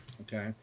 Okay